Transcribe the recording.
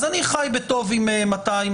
אז אני חי בטוב עם 220,